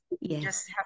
yes